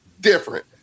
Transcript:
different